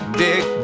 dick